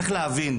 צריך להבין,